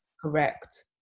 correct